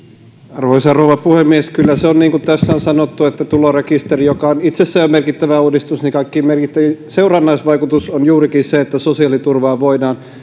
arvoisa rouva puhemies kyllä se on niin kuin tässä on sanottu että tulorekisterin joka on jo itsessään merkittävä uudistus kaikkein merkittävin seurannaisvaikutus on juurikin se että sosiaaliturvaa voidaan